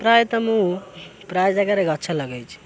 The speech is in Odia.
ପ୍ରାୟତଃ ମୁଁ ପ୍ରାୟ ଜାଗାରେ ଗଛ ଲଗାଇଛି